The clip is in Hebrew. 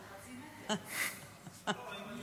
תודה,